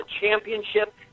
championship